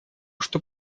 что